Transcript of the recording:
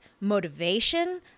motivation